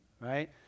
right